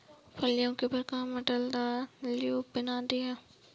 फलियों के प्रकार मटर, दाल, ल्यूपिन आदि हैं